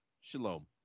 Shalom